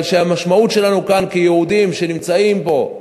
המשמעות שלנו כיהודים שנמצאים פה,